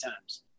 times